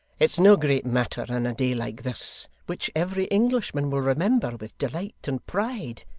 it's no great matter on a day like this, which every englishman will remember with delight and pride.